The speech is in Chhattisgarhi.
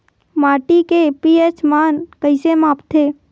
माटी के पी.एच मान कइसे मापथे?